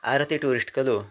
आरती tourist खलु